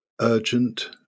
urgent